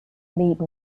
league